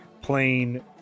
playing